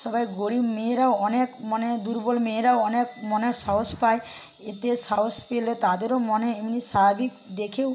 সবাই গরিব মেয়েরাও অনেক মানে দুর্বল মেয়েরাও অনেক মনের সাহস পায় এতে সাহস পেলে তাদেরও মনে এমনি স্বাভাবিক দেখেও